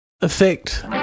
effect